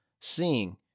seeing